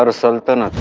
but sultan